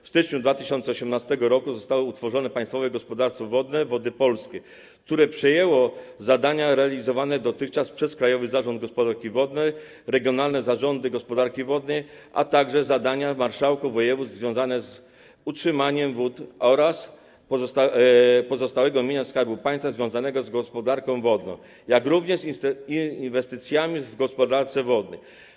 W styczniu 2018 r. zostało utworzone Państwowe Gospodarstwo Wodne Wody Polskie, które przejęło zadania realizowane dotychczas przez Krajowy Zarząd Gospodarki Wodnej, regionalne zarządy gospodarki wodnej, a także zadania marszałków województw związane z utrzymaniem wód oraz pozostałego mienia Skarbu Państwa związanego z gospodarką wodną, jak również inwestycjami w gospodarce wodnej.